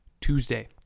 Tuesday